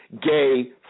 gay